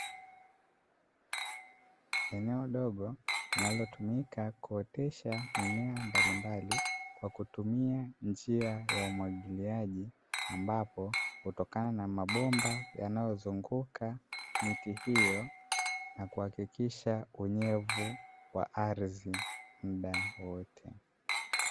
Eneo dogo linalotumika kuotesha mimea mbalimbali kwa kutumia njia ya umwagiliaji, ambapo kutokana na mabomba yanayozunguka miti hiyo na kuhakikisha unyevu wa ardhi muda wote.